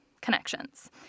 connections